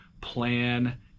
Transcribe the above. plan